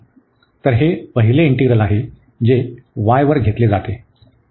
तर हे पहिले इंटीग्रल आहे जे y वर घेतले जाते